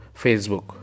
Facebook